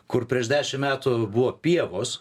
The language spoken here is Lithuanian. kur prieš dešimt metų buvo pievos